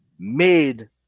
made